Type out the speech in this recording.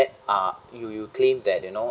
that are you you claim that you know